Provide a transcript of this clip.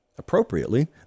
appropriately